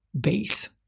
base